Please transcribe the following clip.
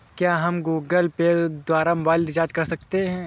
क्या हम गूगल पे द्वारा मोबाइल रिचार्ज कर सकते हैं?